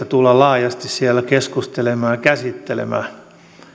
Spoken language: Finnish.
tullaan laajasti siellä keskustelemaan ja käsittelemään